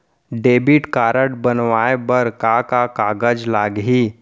Debit card बनवाये बर का का कागज लागही?